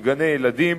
בגני-ילדים,